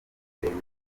ibibazo